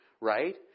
right